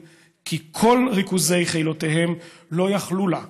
כי כל ריכוזי חילותיהם לא יכלו לה,